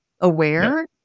aware